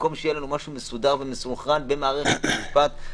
במקום שיהיה משהו מסונכרן ומסודר במערכת המשפט.